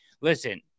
listen